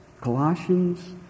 Colossians